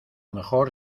mejor